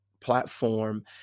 platform